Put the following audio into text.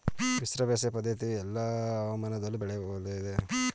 ಮಿಶ್ರ ಬೇಸಾಯ ಪದ್ದತಿಯು ಎಲ್ಲಾ ಹವಾಮಾನದಲ್ಲಿಯೂ ಒಳ್ಳೆಯದೇ?